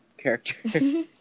character